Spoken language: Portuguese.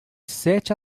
sete